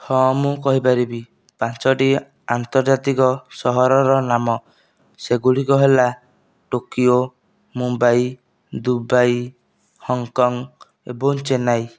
ହଁ ମୁଁ କହିପାରିବି ପାଞ୍ଚୋଟି ଆନ୍ତର୍ଜାତିକ ସହରର ନାମ ସେଗୁଡ଼ିକ ହେଲା ଟୋକିଓ ମୁମ୍ବାଇ ଦୁବାଇ ହଙ୍ଗ୍କଙ୍ଗ ଏବଂ ଚେନ୍ନାଇ